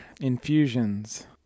infusions